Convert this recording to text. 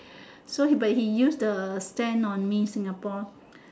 so he but he use the stand on me Singapore